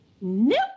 Nope